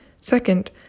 Second